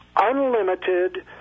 unlimited